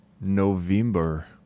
November